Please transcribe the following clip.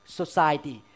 society